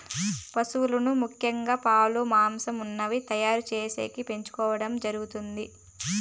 పసువులను ముఖ్యంగా పాలు, మాంసం, ఉన్నిని తయారు చేసేకి పెంచుకోవడం జరుగుతాది